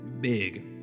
big